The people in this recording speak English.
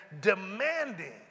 demanding